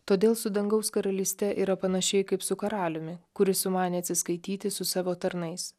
todėl su dangaus karalyste yra panašiai kaip su karaliumi kuris sumanė atsiskaityti su savo tarnais